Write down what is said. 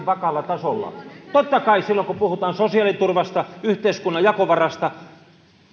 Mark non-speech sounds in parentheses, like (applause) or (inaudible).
(unintelligible) vakaalla tasolla totta kai silloin kun puhutaan sosiaaliturvasta yhteiskunnan jakovarasta